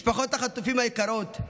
משפחות החטופים היקרות,